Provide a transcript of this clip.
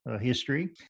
history